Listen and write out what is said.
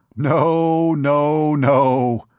no. no. no.